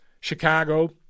Chicago